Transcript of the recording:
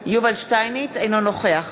אינו נוכח